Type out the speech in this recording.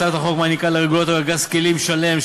הצעת החוק נותנת לרגולטור ארגז כלים שלם,